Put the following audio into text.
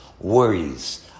worries